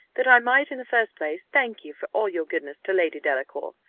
that i might, in the first place, thank you for all your goodness to lady delacour.